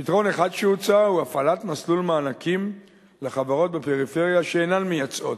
פתרון אחד שהוצע הוא הפעלת מסלול מענקים לחברות בפריפריה שאינן מייצאות.